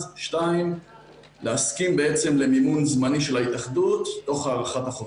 2. להסכים בעצם למימון זמני של ההתאחדות תוך הארכת החוזים.